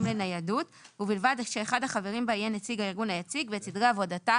לניידות ובלבד שאחד החברים בה יהיה נציג הארגון היציג ואת סדרי עבודתה